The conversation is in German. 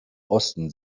osten